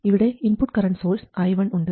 ഇവിടെ input current source i1 ഉണ്ട്